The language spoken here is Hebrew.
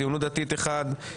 הציונות הדתית אחד,